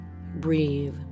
Breathe